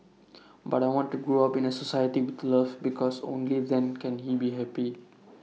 but I want to grow up in A society with love because only then can he be happy